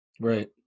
Right